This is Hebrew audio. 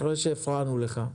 אחרי שהפרענו לך.